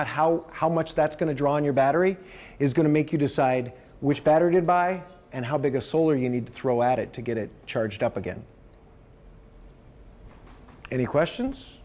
out how how much that's going to draw on your battery is going to make you decide which better to buy and how big a solar you need to throw at it to get it charged up again any questions